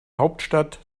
hauptstadt